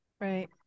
right